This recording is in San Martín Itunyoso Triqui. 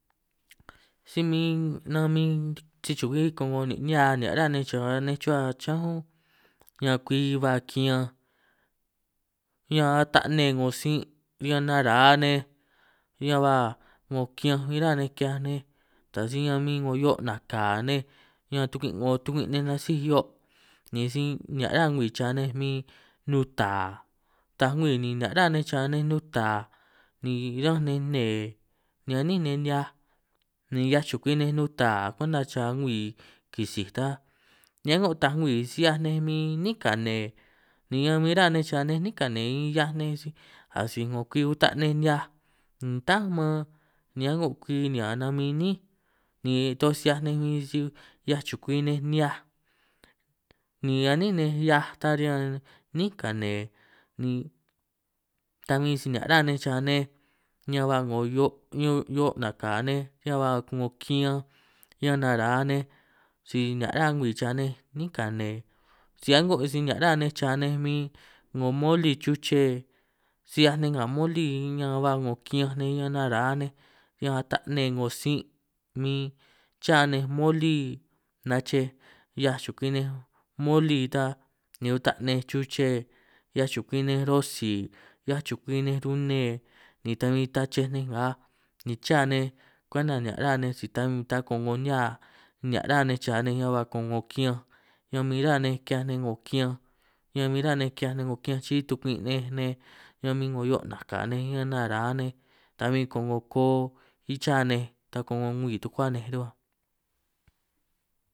Nin’ rasuun nitaj si re’ ra’ñanj min rininj si ñan rânj nej ‘ngō rininj riñan llube ‘ngō tienda rô’ nī rininj nī si ruhuâj rininj nī unukua kà’ì kwi mân man sī itaj si re’ rā’ñan bé ta ta’nga’ ta bin ‘ ngō hia’aj bbí ni mân man hia’aj bbí nun chuhuâ ‘ngo rasun chuhuâ ‘ngō chukuti lí ‘hiaj nej nìkoj chiní tukuâ nej nī hia’aj bbî ta nī unukua kà’ì kwi kwenta si châ nej si hia’aj bbî nī nī ñan châ nej ‘ngō ñan a’bbi nej nej ‘ngō hia’aj châ nej nîn’ ñan tnachej nej riki ‘ngō nihia sani si ñan bin ruhuâ kùnùkua si ba taaj rasun nun nùkua sanī rûn’ bin ri’ninj hia’aj bbî nī unukuaj nin’inj ba ‘ngō kwej kin ni urruj nej chi’nî tukuâ nej nej taaj ngwiì nī chuhuâ ‘ngō chukutî lij araj nej nī ûta’ nej chi’ní tukuâ nej nī kwej kin ta nī síj ruhuâ kwej kin nî a’bbe aráj sun ninj nnga a’ngô nihia bé ta ta’nga ta bin ngà ko’ngo rasun rumin natsin ta ba taaj natsin unùkuaj man chuhuâ chukûtin nìko’ chi’ní tukuâ nej kwenta châ nej si taj nī ñan nun nùkua taaj nī si ‘hiaaj nej bin araj nej taaj nej rasun ta riki refri kwenta kùnùkua toj kwenta kisi toj cha nej kwenta si taj rumin rininj rumin natsin nī ru’min kwej kin rô’ ’ unùkuaj maan ninj man ninj ruhuâ be’ sé ta ke riki refri ka’anj ninj râ’ katu ninj monùkuaj man ninj che’ nī si sà’ ruhuâ bin nin’inj si nitaj si re’ rà’ñan ninj.